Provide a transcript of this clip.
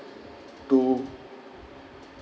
to